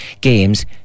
games